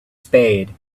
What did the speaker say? spade